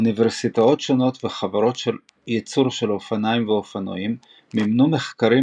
אוניברסיטאות שונות וחברות יצור של אופניים ואופנועים מימנו מחקרים